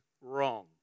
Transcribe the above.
wrong